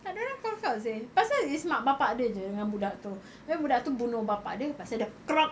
takde orang call kau seh pasal it's mak bapa dia jer dengan budak tu abeh budak tu bunuh bapak dia pasal dah